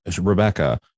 Rebecca